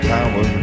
Power